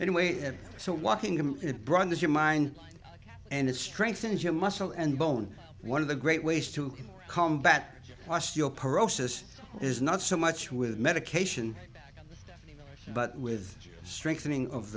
anyway so walking in it brought this your mind and it strengthens your muscle and bone one of the great ways to combat osteoporosis is not so much with medication but with strengthening of